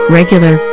regular